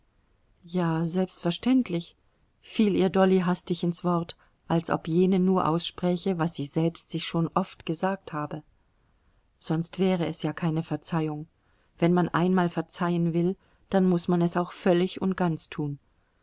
ja selbstverständlich fiel ihr dolly hastig ins wort als ob jene nur ausspräche was sie selbst sich schon oft gesagt habe sonst wäre es ja keine verzeihung wenn man einmal verzeihen will dann muß man es auch völlig und ganz tun